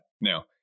Now